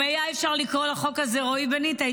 אם היה אפשר לקרוא לחוק הזה רועי בניטה,